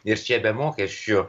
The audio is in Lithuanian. ir čia be mokesčių